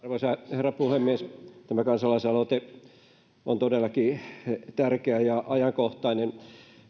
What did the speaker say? herra puhemies tämä kansalaisaloite on todellakin tärkeä ja ajankohtainen